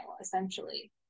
essentially